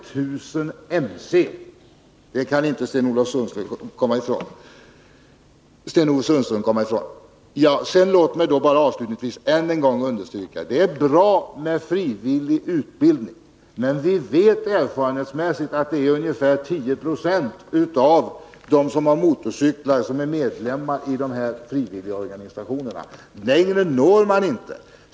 Det kan inte Sten-Ove Sundström komma ifrån. Låt mig avslutningsvis än en gång understryka att det är bra med frivillig utbildning, men erfarenhetsmässigt vet vi att bara ungefär 10 96 av dem som har motorcyklar är medlemmar i frivilligorganisationerna. Längre än så når man inte.